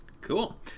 Cool